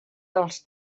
dels